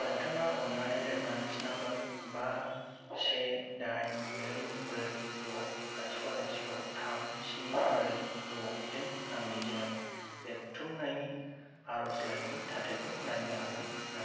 नोंथाङा अन्नानै reference number बा से दाइन नै ब्रै द' लाथिख' लाथिख' थाम स्नि ब्रै द'जों आंनि जोनोम रेबथुमनायनि आर'जलाइनि थाथाइखौ नायनो हागोन नामा